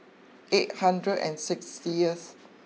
eight hundred and six